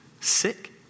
sick